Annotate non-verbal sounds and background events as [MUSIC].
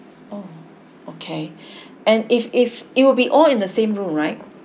oh okay [BREATH] and if if it will be all in the same room right